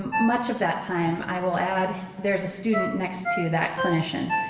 um much of that time, i will add there is a student next to that clinician,